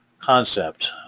concept